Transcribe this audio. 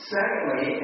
Secondly